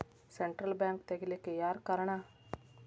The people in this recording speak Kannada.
ಸೆಂಟ್ರಲ್ ಬ್ಯಾಂಕ ತಗಿಲಿಕ್ಕೆಯಾರ್ ಕಾರಣಾ?